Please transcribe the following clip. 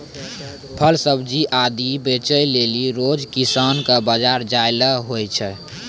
फल सब्जी आदि क बेचै लेलि रोज किसानो कॅ बाजार जाय ल होय छै